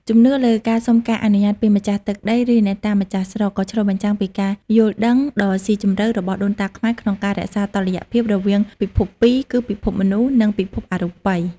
ជំនឿលើការសុំការអនុញ្ញាតពីម្ចាស់ទឹកដី ឬអ្នកតាម្ចាស់ស្រុក ក៏ឆ្លុះបញ្ចាំងពីការយល់ដឹងដ៏ស៊ីជម្រៅរបស់ដូនតាខ្មែរក្នុងការរក្សាតុល្យភាពរវាងពិភពពីរ គឺពិភពមនុស្ស និងពិភពអរូបិយ។